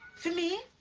for me?